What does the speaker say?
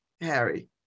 Harry